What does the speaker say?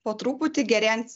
po truputį gerėjant